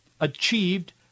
achieved